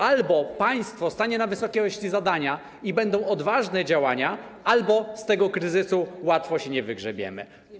Albo państwo stanie na wysokości zadania i będą odważne działania, albo z tego kryzysu łatwo się nie wygrzebiemy.